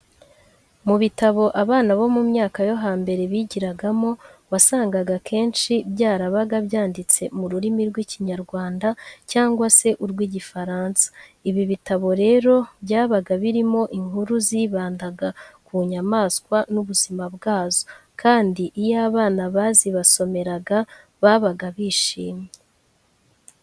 Mu bitabo abana bo mu myaka yo hambere bigiragamo wasangaga akenshi byarabaga byanditse mu rurimi rw'Ikinyarwanda cyangwa se urw'Igifaransa. Ibi bitabo rero byabaga birimo inkuru zibandaga ku nyamaswa n'ubuzima bwazo kandi iyo abana bazibasomeraga babaga bishimwe.